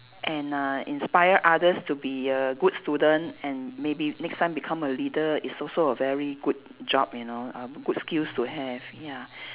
and uh inspire others to be a good student and maybe next time become a leader is also a very good job you know uh good skills to have ya